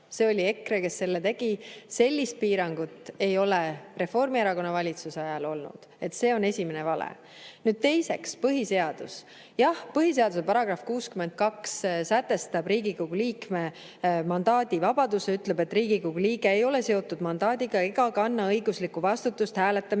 See oli EKRE, kes selle tegi. Sellist piirangut ei ole Reformierakonna valitsuse ajal olnud. See on esimene vale. Teiseks, põhiseadus. Jah, põhiseaduse § 62 sätestab Riigikogu liikme mandaadi vabaduse, ütleb: "Riigikogu liige ei ole seotud mandaadiga ega kanna õiguslikku vastutust hääletamise